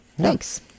thanks